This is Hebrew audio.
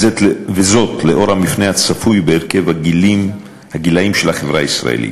וזאת לאור המפנה הצפוי בהרכב הגילאים של החברה הישראלית,